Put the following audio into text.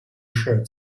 shirt